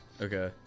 Okay